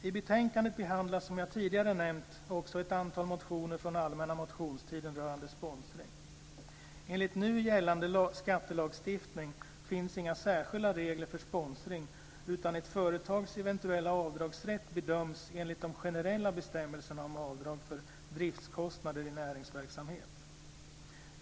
I betänkandet behandlas, som jag tidigare nämnt, också ett antal motioner från allmänna motionstiden rörande sponsring. Enligt nu gällande skattelagstiftning finns inga särskilda regler för sponsring, utan ett företags eventuella avdragsrätt bedöms enligt de generella bestämmelserna om avdrag för driftskostnader i näringsverksamhet.